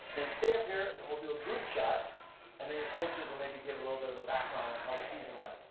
then stay up here and we'll do a group shot and then your coaches will maybe give a little bit of a background on how the season went.